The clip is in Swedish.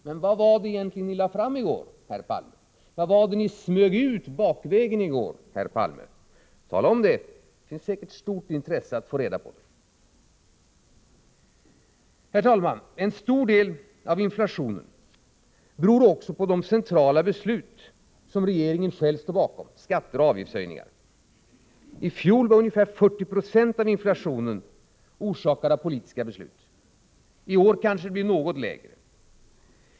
Men vad var det egentligen ni lade fram i går, herr Palme? Vad var det ni smög ut bakvägen? Tala om det! Det finns säkert ett stort intresse att få reda på det. Herr talman! En stor del av inflationen beror på de centrala politiska beslut som regeringen står bakom och som gäller skatteoch avgiftshöjningar. I fjol var ungefär 40 20 av inflationen orsakad av politiska beslut. I år blir kanske den andelen något lägre.